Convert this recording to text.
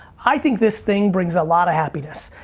i think this thing brings a lot of happiness.